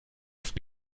dfb